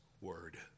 word